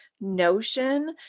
notion